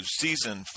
season